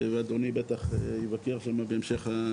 ואדוני בטח יבקר שם בהמשך.